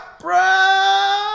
Bro